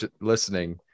listening